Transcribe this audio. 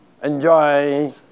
Enjoy